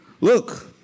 Look